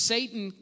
Satan